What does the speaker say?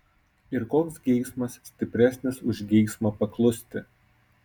ir koks geismas stipresnis už geismą paklusti